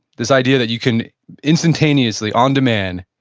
this idea that you can instantaneously, on demand,